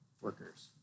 workers